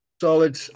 solid